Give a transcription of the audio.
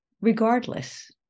regardless